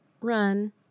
run